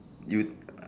you ah